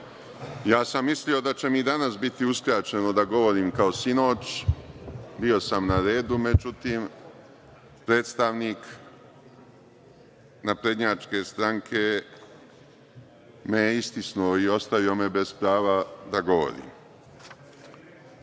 sam da će mi i danas biti uskraćeno da govorim kao sinoć. Bio sam na redu, međutim predstavnik Naprednjačke stranke me je istisnuo i ostavio me bez prava da govorim.(LJubiša